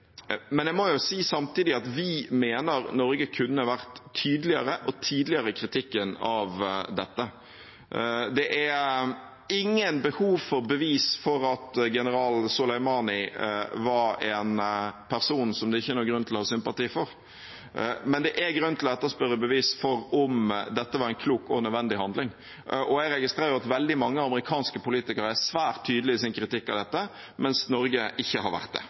Men jeg må samtidig si at vi mener at Norge kunne vært tydeligere og tidligere ute med kritikken av dette. Det er ingen behov for bevis for at general Soleimani var en person som det ikke er noen grunn til å ha sympati for, men det er grunn til å etterspørre bevis for om dette var en klok og nødvendig handling. Jeg registrerer at veldig mange amerikanske politikere er svært tydelige i sin kritikk av dette, mens Norge ikke har vært det.